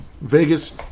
Vegas